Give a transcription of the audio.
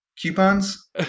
coupons